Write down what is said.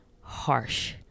harsh